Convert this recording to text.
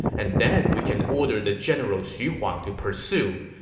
and then we can order the general xu huang to pursue.